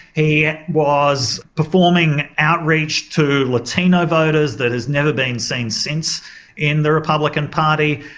he was performing outreach to latino voters that has never been seen since in the republican party.